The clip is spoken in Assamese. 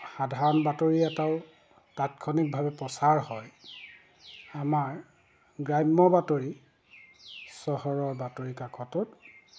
সধাৰণ বাতৰি এটাও তাৎক্ষণিকভাৱে প্ৰচাৰ হয় আমাৰ গ্ৰাম্য বাতৰি চহৰৰ বাতৰিকাকতত